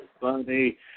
funny